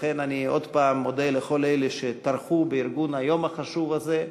לכן אני עוד פעם מודה לכל אלה שטרחו בארגון היום החשוב הזה.